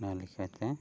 ᱱᱚᱣᱟ ᱞᱮᱠᱟᱛᱮ